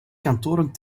kantoren